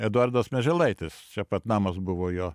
eduardas mieželaitis čia pat namas buvo jo